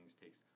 takes